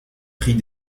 prit